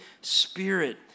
Spirit